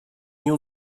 nie